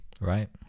Right